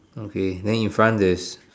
okay then in front there's